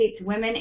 women